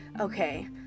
okay